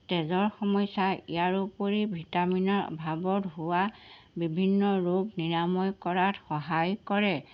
তেজৰ সমস্যা ইয়াৰোপৰি ভিটামিনৰ অভাৱত হোৱা বিভিন্ন ৰোগ নিৰাময় কৰাত সহায় কৰে